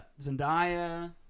Zendaya